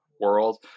world